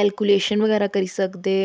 calculation बगैरा करी सकदे